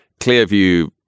Clearview